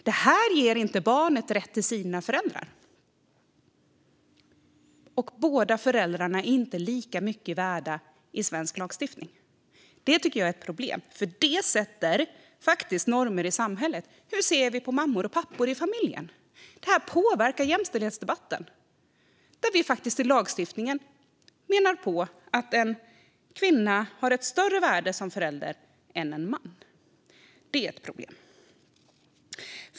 Detta ger inte barnet rätt till sina föräldrar, och båda föräldrarna är inte lika mycket värda i svensk lagstiftning. Det tycker jag är ett problem. Det sätter nämligen normer i samhället när det gäller hur vi ser på mammor och pappor i familjen. Detta påverkar jämställdhetsdebatten. I lagstiftningen framgår att en kvinna har ett större värde som förälder än en man. Det är ett problem.